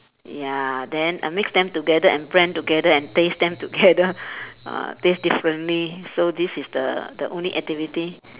ya then I mix them together and blend together and taste them together uh taste differently so this is the the only activity